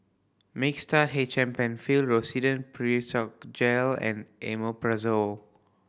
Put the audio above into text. Mixtard H M Penfill Rosiden Piroxicam Gel and Omeprazole